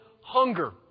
Hunger